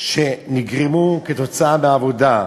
שנגרמה כתוצאה מעבודה.